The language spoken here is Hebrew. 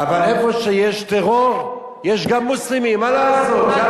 אבל איפה שיש טרור יש גם מוסלמים, מה לעשות?